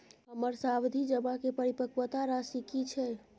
हमर सावधि जमा के परिपक्वता राशि की छै?